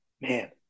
man